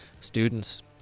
students